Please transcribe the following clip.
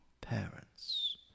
parents